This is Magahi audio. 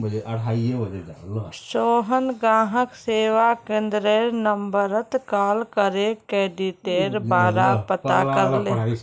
सोहन ग्राहक सेवा केंद्ररेर नंबरत कॉल करे क्रेडिटेर बारा पता करले